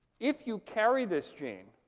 if you carry this gene,